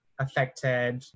affected